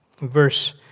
Verse